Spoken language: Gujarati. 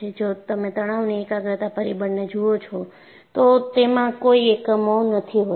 જો તમે તણાવની એકાગ્રતા પરિબળને જુઓ છો તો તેમાં કોઈ એકમો નથી હોતા